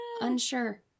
unsure